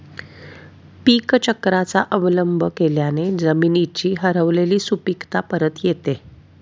पीकचक्राचा अवलंब केल्याने जमिनीची हरवलेली सुपीकता परत येते